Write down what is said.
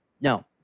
No